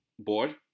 board